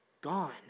gone